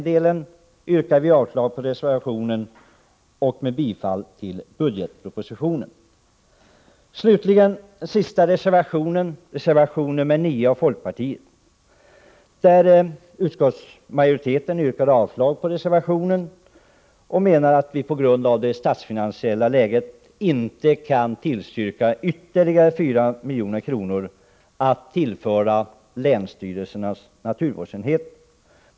Jag yrkar avslag på reservationen och bifall till utskottets hemställan i enlighet med budgetpropositionen. Slutligen: Beträffande den sista reservationen, reservation 9 från folkpartiet, yrkar utskottsmajoriteten avslag på reservationen och menar att vi på grund av det statsfinansiella läget inte kan tillstyrka ytterligare 4 milj.kr. till länsstyrelsens naturvårdsenheter.